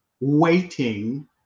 waiting